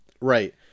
right